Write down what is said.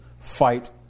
fight